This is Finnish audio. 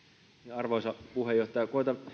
arvoisa puheenjohtaja koetan